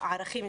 הערכים,